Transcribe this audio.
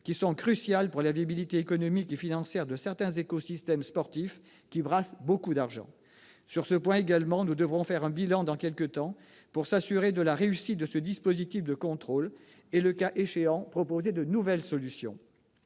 qui sont cruciales pour la viabilité économique et financière de certains écosystèmes sportifs brassant beaucoup d'argent. Sur ce point également, nous devrons dresser un bilan dans quelque temps, pour nous assurer de la réussite de ce dispositif de contrôle et, le cas échéant, proposer de nouvelles solutions.